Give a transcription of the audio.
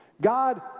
God